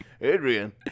Adrian